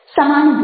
સમાનુભૂતિ